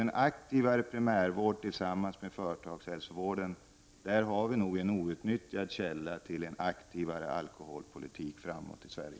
En aktivare primärvård tillsammans med företagshälsovården är nog en outnyttjad källa till en aktivare alkoholpolitik i Sverige.